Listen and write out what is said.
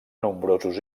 nombrosos